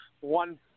one